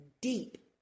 deep